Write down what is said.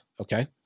Okay